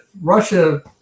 Russia